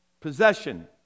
possession